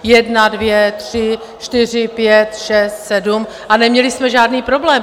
Jedna, dvě, tři, čtyři, pět, šest, sedm a neměli jsme žádný problém.